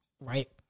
Right